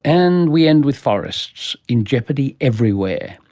and we end with forests, in jeopardy everywhere.